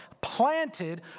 Planted